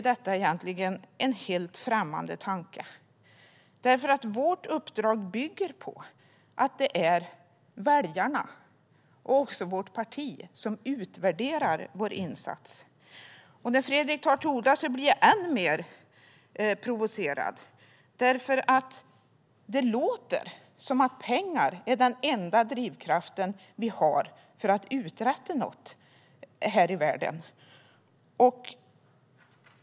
Detta är en för oss helt främmande tanke, för vårt uppdrag bygger på att det är väljarna och våra partier som utvärderar vår arbetsinsats vart fjärde år. När Fredrik tog till orda blev jag ännu mer provocerad. Det låter på honom som om pengar är den enda drivkraft vi har för att uträtta något här i världen.